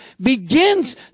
begins